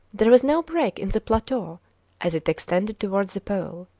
there was no break in the plateau as it extended towards the pole.